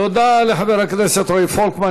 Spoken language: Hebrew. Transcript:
תודה לחבר הכנסת רועי פולקמן.